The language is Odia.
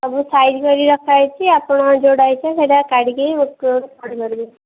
ସବୁ ସାଇଜ୍ କରିକି ରଖା ହୋଇଛି ଆପଣଙ୍କର ଯେଉଁଟା ଇଚ୍ଛା କାଢ଼ିକି ହଁ ଗୋଟେ ଗୋଟେ ପଢ଼ି ପାରିବେ